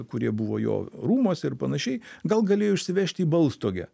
kurie buvo jo rūmuose ir panašiai gal galėjo išsivežti į balstogę